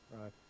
Right